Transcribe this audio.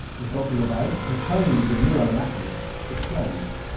as dr levay, who trained as a neuroanatomist, explains.